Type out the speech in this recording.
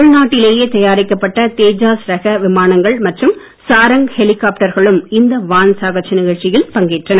உள் நாட்டிலேயே தயாரிக்கப்பட்ட தேஜாஸ் ரக விமானங்கள் மற்றும் சாரங்க் ஹெலிகாப்டர்களும் இந்த வான் சாகச நிகழ்ச்சியில் பங்கேற்றன